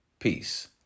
Peace